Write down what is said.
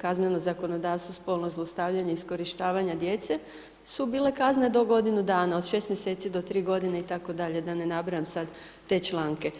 kazneno zakonodavstvo, spolno zlostavljanje i iskorištavanje djece su bile kazne do godinu dana, od 6 mjeseci do 3 godine itd., da ne nabrajam sada te članke.